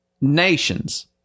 Nations